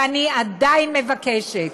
ואני עדיין מבקשת